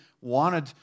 wanted